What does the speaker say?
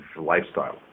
lifestyle